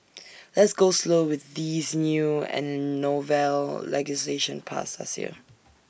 let's go slow with this new and novel legislation passed last year